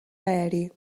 aeri